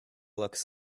looks